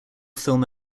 film